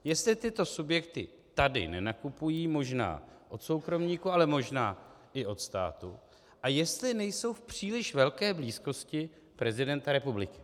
Jestli tyto subjekty tady nenakupují možná od soukromníků, ale možná od státu, a jestli nejsou v příliš velké blízkosti prezidenta republiky.